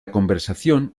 conversación